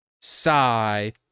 sigh